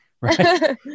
right